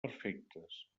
perfectes